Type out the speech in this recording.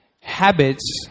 Habits